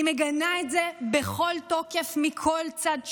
אני מגנה את זה בכל תוקף מכל צד שהוא,